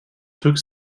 took